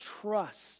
trust